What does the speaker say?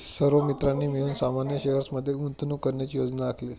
सर्व मित्रांनी मिळून सामान्य शेअर्स मध्ये गुंतवणूक करण्याची योजना आखली